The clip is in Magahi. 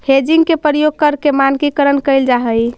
हेजिंग के प्रयोग करके मानकीकरण कैल जा हई